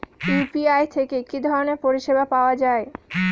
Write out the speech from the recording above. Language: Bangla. ইউ.পি.আই থেকে কি ধরণের পরিষেবা পাওয়া য়ায়?